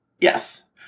Yes